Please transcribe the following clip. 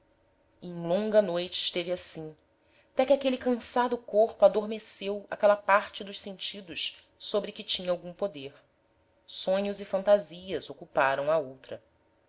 em a longa noite esteve assim té que aquele cansado corpo adormeceu aquela parte dos sentidos sobre que tinha algum poder sonhos e fantasias ocuparam a outra